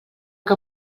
que